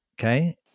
okay